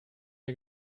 der